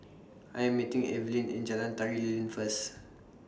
I Am meeting Evelyn in Jalan Tari Lilin First